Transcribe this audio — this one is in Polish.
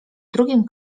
drugim